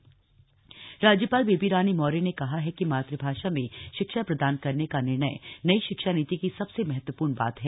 राज्यपाल राज्यपाल बेबी रानी मौर्य ने कहा है कि मातृभाषा में शिक्षा प्रदान करने का निर्णय नई शिक्षा नीति की सबसे महत्वपूर्ण बात है